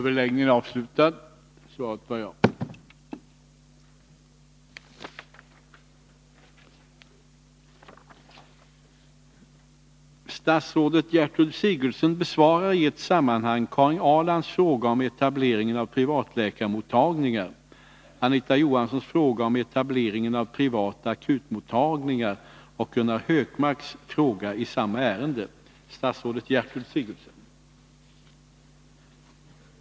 Enligt uppgift i Dagens Nyheter den 17 februari 1983 anser statsrådet Sigurdsen att det inte är samhällssolidariskt att lägga en ny akutmottagning i Stockholms city. Statsrådet hänvisade samtidigt till att det inte finns ”några regler eller lagar som kan stoppa den här obalansen” men meddelade också att socialdepartementet som bäst håller på att ”studera problemet”. Avser statsrådet att stoppa ytterligare etablering av privatläkarmottagningar? Anser statsrådet att ett sådant beslut skulle ge större möjlighet för alla medborgare att få tillgång till god sjukvård?